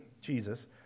Jesus